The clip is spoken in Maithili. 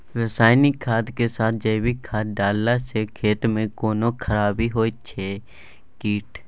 रसायनिक खाद के साथ जैविक खाद डालला सॅ खेत मे कोनो खराबी होयत अछि कीट?